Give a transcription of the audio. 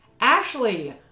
Ashley